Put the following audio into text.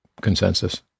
consensus